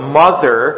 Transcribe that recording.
mother